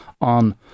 on